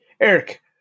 Eric